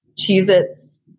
Cheez-Its